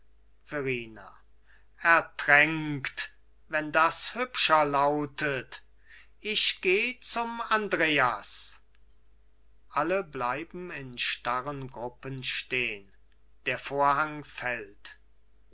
verrina ertränkt wenn das hübscher lautet ich geh zum andreas alle bleiben in starren gruppen stehn der vorhang fällt